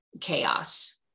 chaos